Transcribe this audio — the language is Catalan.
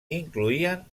incloïen